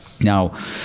now